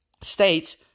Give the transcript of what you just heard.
States